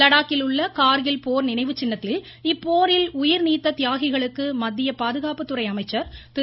லடாக்கில் உள்ள கார்கில் போர் நினைவுச்சின்னத்தில் இப்போரில் உயிர்நீத்த தியாகிகளுக்கு மத்திய பாதுகாப்புத்துறை அமைச்சர் திரு